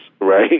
right